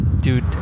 dude